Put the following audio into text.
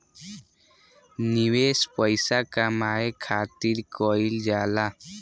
निवेश पइसा कमाए खातिर कइल जाला